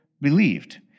believed